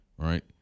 Right